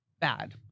bad